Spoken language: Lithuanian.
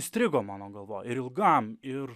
įstrigo mano galvoj ir ilgam ir